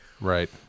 Right